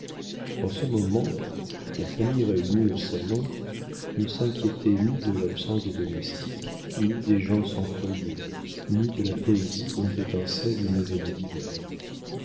en ce moment la famille réunie au salon ne s'inquiétait ni de l'absence des domestiques ni des gens sans foyer ni de la poésie dont étincelle une veillée d'hiver